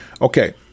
Okay